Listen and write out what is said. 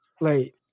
late